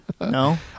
no